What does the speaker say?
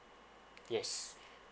yes